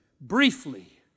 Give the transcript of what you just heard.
briefly